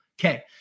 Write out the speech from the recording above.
Okay